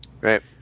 Right